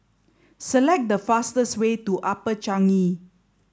select the fastest way to Upper Changi